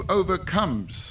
overcomes